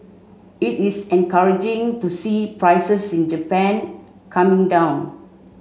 it is encouraging to see prices in Japan coming down